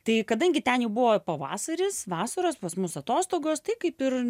tai kadangi ten jau buvo pavasaris vasaros pas mus atostogos tai kaip ir